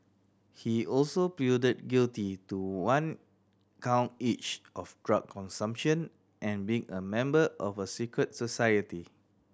he also pleaded guilty to one count each of drug consumption and being a member of a secret society